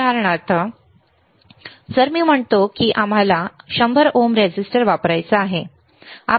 उदाहरणार्थ जर मी म्हणतो की आम्हाला 100 ओमचा रेझिस्टर वापरायचा आहे